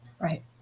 Right